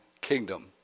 kingdom